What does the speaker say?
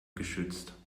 geschützt